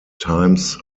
times